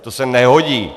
To se nehodí.